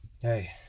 Hey